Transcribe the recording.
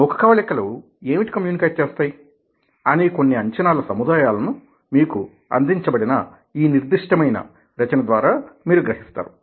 ముఖకవళికలు ఏమిటి కమ్యూనికేట్ చేస్తాయి అనే కొన్ని అంచనాల సముదాయాలను మీకు అందించబడిన ఈ నిర్దిష్టమైన రచన ద్వారా మీరు గ్రహిస్తారు